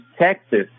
Texas